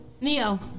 Neo